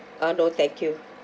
ah no thank you